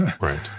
Right